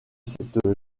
cette